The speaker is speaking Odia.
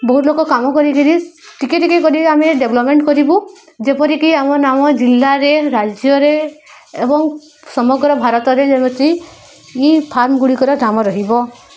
ବହୁତ ଲୋକ କାମ କରିକିରି ଟିକେ ଟିକେ କର ଆମେ ଡେଭଲପ୍ମେଣ୍ଟ କରିବୁ ଯେପରିକି ଆମ ନାମ ଜିଲ୍ଲାରେ ରାଜ୍ୟରେ ଏବଂ ସମଗ୍ର ଭାରତରେ ଯେମିତି ଇ ଫାର୍ମ୍ ଗୁଡ଼ିକର ନାମ ରହିବ